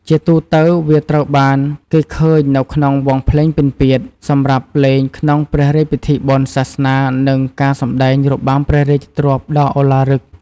ជាទូទៅ វាត្រូវបានគេឃើញនៅក្នុងវង់ភ្លេងពិណពាទ្យ សម្រាប់លេងក្នុងព្រះរាជពិធីបុណ្យ សាសនា និងការសម្តែងរបាំព្រះរាជទ្រព្យដ៏ឧឡារិក។